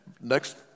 Next